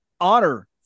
honor